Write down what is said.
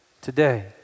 today